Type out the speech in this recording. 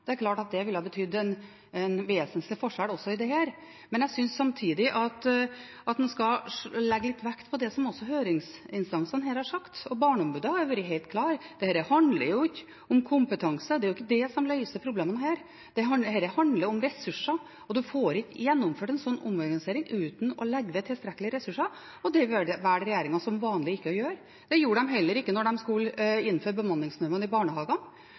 det regjeringen hadde. Det er klart at det ville ha betydd en vesentlig forskjell også i dette. Men jeg synes samtidig at man skal legge litt vekt på det som høringsinstansene har sagt her. Barneombudet har vært helt klar – dette handler ikke om kompetanse, det er ikke det som løser problemene her. Dette handler om ressurser, og man får ikke gjennomført en slik omorganisering uten å legge ved tilstrekkelige ressurser, og det velger regjeringen som vanlig ikke å gjøre. Det gjorde de heller ikke da de skulle innføre bemanningsnormen i barnehagene.